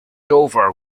over